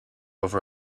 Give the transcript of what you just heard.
over